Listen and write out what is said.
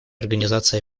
организации